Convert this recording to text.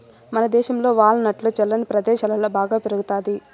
మనదేశంలో వాల్ నట్లు చల్లని ప్రదేశాలలో బాగా పెరుగుతాయి